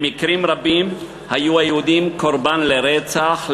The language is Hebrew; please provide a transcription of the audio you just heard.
במקרים רבים היו היהודים קורבן לרצח,